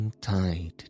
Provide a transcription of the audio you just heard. tide